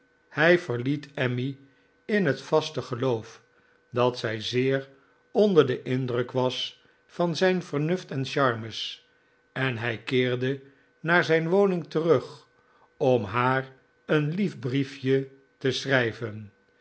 hij verliet emmy in het vaste geloof dat zij zeer onder den indruk was van zijn vernuft en charmes en hij keerde naar zijn woning terug om haar een lief brief je te schrijven